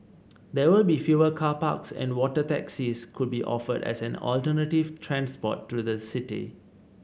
there will be fewer car parks and water taxis could be offered as an alternative transport to the city